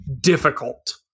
difficult